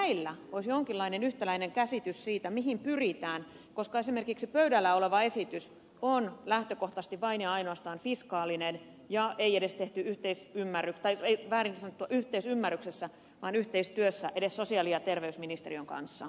näiden kohdalla tulisi olla jonkinlainen yhtäläinen käsitys siitä mihin pyritään koska esimerkiksi pöydällä oleva esitys on lähtökohtaisesti vain ja ainoastaan fiskaalinen eikä edes tehty yhteisymmärryksessä tai on väärin sanoa yhteisymmärryksessä yhteistyössä edes sosiaali ja terveysministeriön kanssa